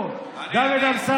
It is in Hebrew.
הוא, דוד אמסלם.